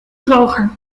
droger